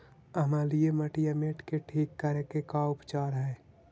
अमलिय मटियामेट के ठिक करे के का उपचार है?